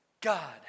God